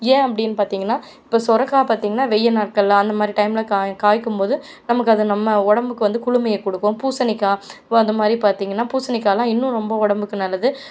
ஏன் அப்படின்னு பார்த்தீங்கன்னா இப்போது சுரக்கா பார்த்தீங்கன்னா வெய்யில் நாட்களில் அந்தமாதிரி டைமில் காய் காய்க்கும்போது நமக்கு அது நம்ம உடம்புக்கு வந்து குளுமையை கொடுக்கும் பூசணிக்காய் ஸோ அந்தமாதிரி பார்த்தீங்கன்னா பூசணிக்காலாம் இன்னும் ரொம்ப உடம்புக்கு நல்லது